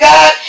God